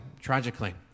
tragically